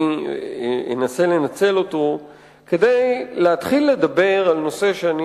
אנסה לנצל כדי להתחיל לדבר על נושא שאני